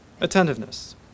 attentiveness